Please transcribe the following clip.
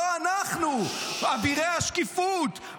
לא אנחנו, אבירי השקיפות.